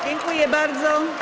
Dziękuję bardzo.